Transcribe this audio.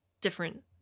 different